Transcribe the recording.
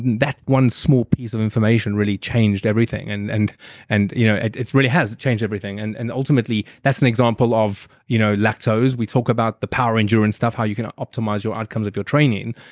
that one small piece of information really changed everything, and and and you know and it really has changed everything. and and ultimately, that's an example of, you know, lactose. we talk about the power-endurance stuff, how you can optimize your outcome if you're training.